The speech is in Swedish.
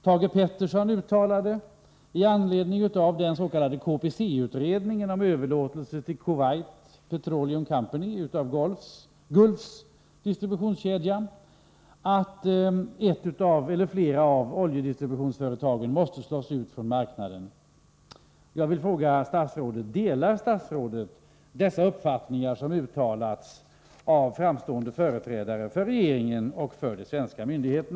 Thage Peterson uttalade i anledning av den s.k. KPC-utredningen om Kuwait Petroleum Companies förvärv av Gulfs distributionskedja att ett eller flera av oljedistributionsföretagen måste slås ut från marknaden.